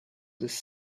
this